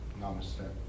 Namaste